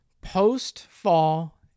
post-fall